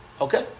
Okay